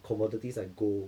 commodities like gold